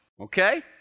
okay